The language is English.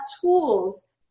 tools